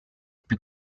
più